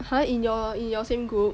!huh! in your in your same group